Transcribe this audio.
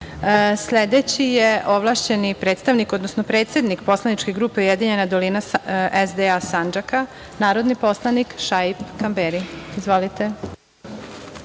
sistemu. Sledeći je ovlašćeni predstavnik, odnosno predsednik Poslaničke grupe Ujedinjena dolina - SDA Sandžaka, narodni poslanik Šaip Kamberi. Izvolite.